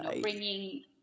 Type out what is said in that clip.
bringing